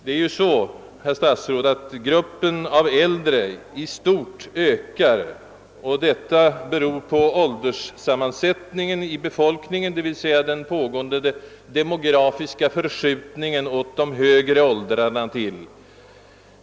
I stort ökar gruppen av äldre, herr statsråd, beroende på ålderssammansättningen i befolkningen, d.v.s. den pågående demografiska förskjutningen i riktning mot de högre åldrarna.